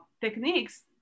techniques